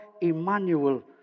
Emmanuel